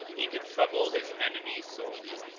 he could trouble his enemy sorely.